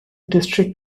district